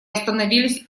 остановились